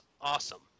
awesome